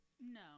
No